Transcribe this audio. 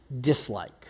dislike